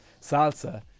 salsa